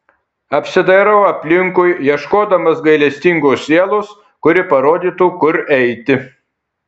apsidairau aplinkui ieškodamas gailestingos sielos kuri parodytų kur eiti